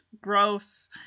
gross